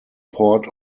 port